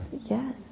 Yes